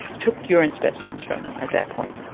took urine specimens from them at that point,